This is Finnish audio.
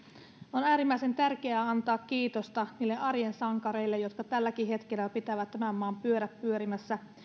on äärimmäisen tärkeää antaa kiitosta niille arjen sankareille jotka tälläkin hetkellä pitävät tämän maan pyörät pyörimässä